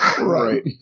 Right